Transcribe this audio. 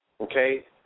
okay